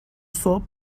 صبح